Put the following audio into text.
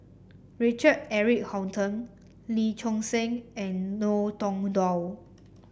Richard Eric Holttum Lee Choon Seng and Ngiam Tong Dow